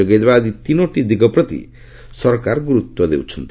ଯୋଗାଇଦେବା ଆଦି ତିନୋଟି ଦିଗ ପ୍ରତି ସରକାର ଗୁରୁତ୍ୱ ଦେଉଛନ୍ତି